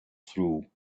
through